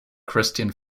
christian